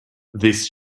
this